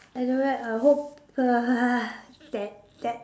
anywhere I hope uh that that